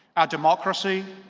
our democracy,